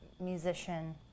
musician